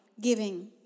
giving